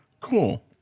Cool